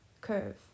curve